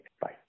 bye